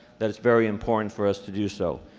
that it's very important for us to do so.